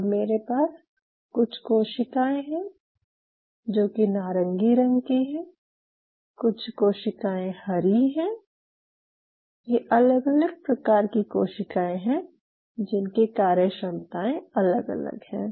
और मेरे पास कुछ कोशिकाएँ हैं जो कि नारंगी रंग की हैं कुछ कोशिकाएँ हरी हैं ये अलग अलग प्रकार की कोशिकाएँ हैं जिनकी कार्यक्षमताएं अलग अलग हैं